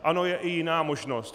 Ano, je i jiná možnost.